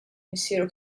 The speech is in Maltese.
missieru